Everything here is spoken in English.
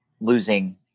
losing